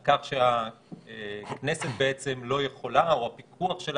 על כך שהכנסת לא יכולה או שהפיקוח שלה